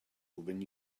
when